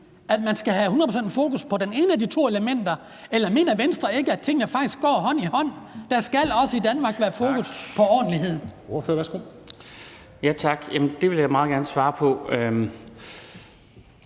at man skal have hundrede procent fokus på det ene af de to elementer, eller mener Venstre ikke, at tingene faktisk går hånd i hånd, og at der også i Danmark skal være fokus på ordentlighed?